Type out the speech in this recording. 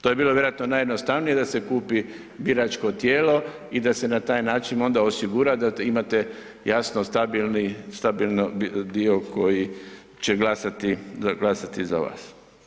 To je bilo vjerojatno najjednostavnije da se kupi biračko tijelo i da se na taj način osigura da imate jasno stabilni dio koji će glasati za vas.